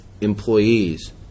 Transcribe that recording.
employees